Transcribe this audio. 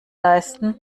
leisten